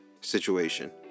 situation